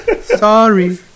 Sorry